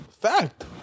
Fact